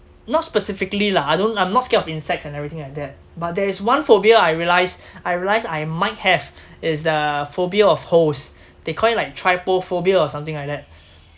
not specifically lah I don't I'm not scared of insects and everything like that but there is one phobia I realize I realize I might have is the phobia of holes they call it like trypophobia or something like that